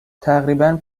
تقریبا